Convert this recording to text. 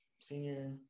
senior